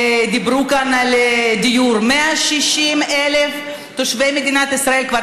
דיברו כאן על דיור: 160,000 תושבי מדינת ישראל כבר